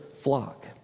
flock